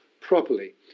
properly